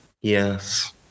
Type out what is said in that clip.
Yes